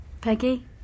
Peggy